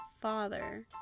father